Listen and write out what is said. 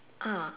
uh